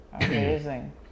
Amazing